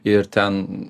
ir ten